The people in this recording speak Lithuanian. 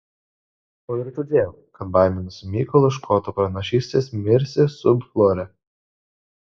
o ir todėl kad baiminosi mykolo škoto pranašystės mirsi sub flore